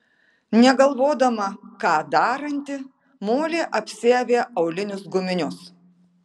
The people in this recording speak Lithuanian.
negalvodama ką daranti molė apsiavė aulinius guminius